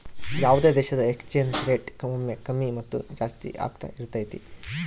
ಯಾವುದೇ ದೇಶದ exchange rate ಒಮ್ಮೆ ಕಮ್ಮಿ ಮತ್ತು ಜಾಸ್ತಿ ಆಗ್ತಾ ಇರತೈತಿ